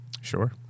Sure